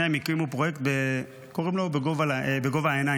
שניהם הקימו פרויקט שקוראים לו בגובה העיניים,